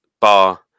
bar